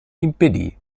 impedì